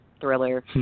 thriller